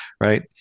right